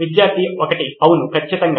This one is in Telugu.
విద్యార్థి 1 అవును ఖచ్చితంగా